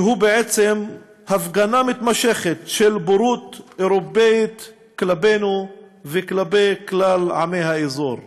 שהוא בעצם הפגנה מתמשכת של בורות אירופית כלפינו וכלפי כלל עמי האזור.